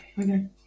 Okay